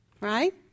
right